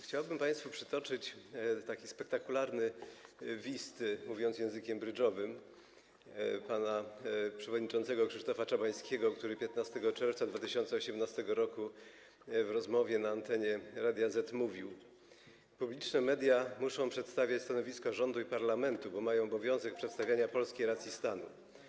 Chciałbym państwu przytoczyć spektakularny wist, mówiąc językiem brydżowym, pana przewodniczącego Krzysztofa Czabańskiego, który 15 czerwca 2018 r. w rozmowie na antenie Radia ZET mówił: Publiczne media muszą przedstawiać stanowisko rządu i parlamentu, bo mają obowiązek przedstawiania polskiej racji stanu.